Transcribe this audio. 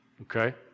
okay